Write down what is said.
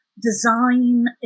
Design